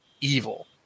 evil